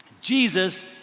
Jesus